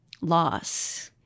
loss